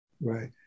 Right